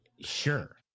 sure